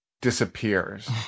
disappears